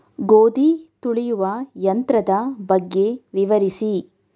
ಗೋಧಿ ತುಳಿಯುವ ಯಂತ್ರದ ಬಗ್ಗೆ ವಿವರಿಸಿ?